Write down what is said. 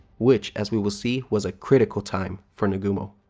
which, as we will see, was a critical time for nagumo.